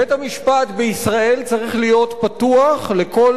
בית-המשפט בישראל צריך להיות פתוח לכל